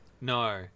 No